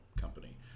company